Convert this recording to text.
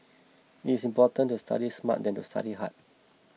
it's important to study smart than to study hard